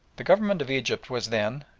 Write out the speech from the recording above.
the government of egypt was then,